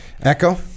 Echo